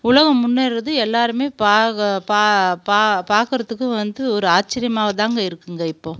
உலகம் முன்னேறுகிறது எல்லாேருமே பார்க்க பா பா பார்க்கறத்துக்கும் வந்து ஒரு ஆச்சிரியமாக தாங்க இருக்குதுங்க இப்போது